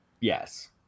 yes